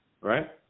right